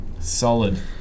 Solid